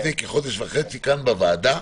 לפני כחודש וחצי כאן בוועדה.